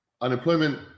unemployment